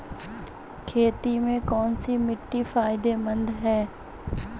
खेती में कौनसी मिट्टी फायदेमंद है?